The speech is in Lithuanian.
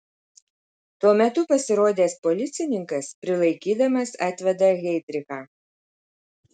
tuo metu pasirodęs policininkas prilaikydamas atveda heidrichą